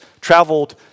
traveled